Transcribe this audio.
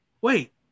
wait